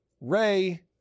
Ray